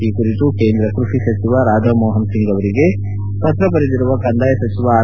ಈ ಕುರಿತು ಕೇಂದ್ರ ಕೃಷಿ ಸಚಿವ ರಾಧಾ ಮೋಹನ್ ಸಿಂಗ್ ಅವರಿಗೆ ಪತ್ರ ಬರೆದಿರುವ ಕಂದಾಯ ಸಚಿವ ಆರ್